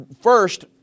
First